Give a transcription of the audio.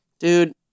Dude